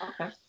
Okay